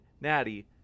natty